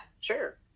Sure